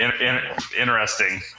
interesting